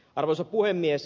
arvoisa puhemies